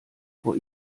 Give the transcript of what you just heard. vor